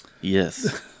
Yes